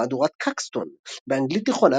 מהדורת קקסטון באנגלית-תיכונה,